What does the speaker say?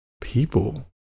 people